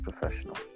professional